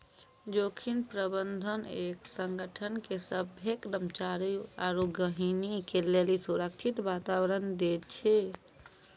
जोखिम प्रबंधन एक संगठन के सभ्भे कर्मचारी आरू गहीगी के लेली सुरक्षित वातावरण दै छै